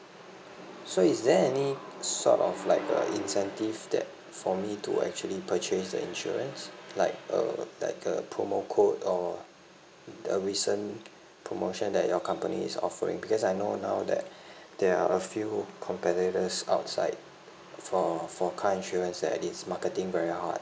so is there any sort of like a incentive that for me to actually purchase the insurance like a like a promo code or a recent promotion that your company is offering because I know now that there are a few competitors outside for for car insurance that is marketing very hard